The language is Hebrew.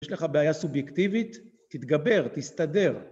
יש לך בעיה סובייקטיבית? תתגבר, תסתדר.